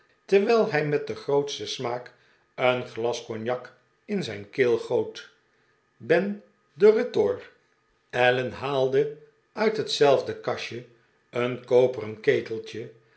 terwijl hij met den grootsten smaak een glas cognac in zijn keel goot ben de retort allen haalde uit hetzelfde kastje een koperen keteltje